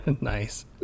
Nice